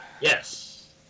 Yes